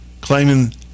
claiming